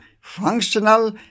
functional